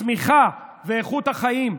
הצמיחה ואיכות החיים יורדות.